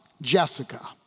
Jessica